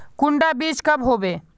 कुंडा बीज कब होबे?